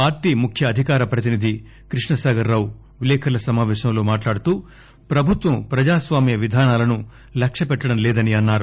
party ముఖ్య అధికార ప్రతినిధి కృష్ణ సాగర్ రావు విలేకరుల సమాపేశంలో మాట్లాడుతూ ప్రభుత్వం ప్రజాస్వామ్య విధానాలను లక్ష్య పెట్టడం లేదని అన్నారు